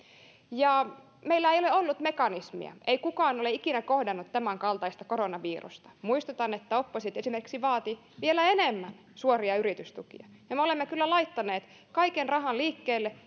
meillä ei ole ollut mekanismia eihän kukaan ole ikinä kohdannut tämänkaltaista koronavirusta muistutan että oppositio esimerkiksi vaati vielä enemmän suoria yritystukia ja me olemme kyllä laittaneet kaiken rahan liikkeelle